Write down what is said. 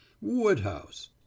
Woodhouse